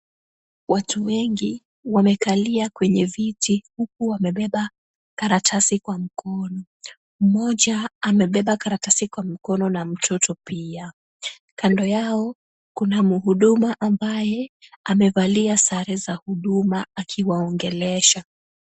Watu wengi wamekalia kwenye viti huku wamebeba karatasi kwa mkono. Mmoja amebeba karatasi kwa mkono na mtoto pia. Kando yao, kuna mhuduma ambaye amevalia sare za huduma akiwaongelesha.